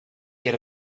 get